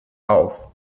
auf